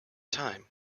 time